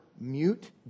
mute